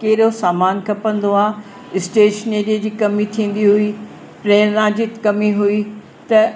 कहिड़ो सामान खपंदो आहे स्टेशनरीअ जी कमी थींदी हुई प्रेरणा जी कमी हुई त